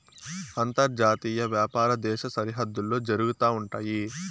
అంతర్జాతీయ వ్యాపారం దేశ సరిహద్దుల్లో జరుగుతా ఉంటయి